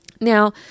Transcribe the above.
Now